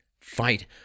Fight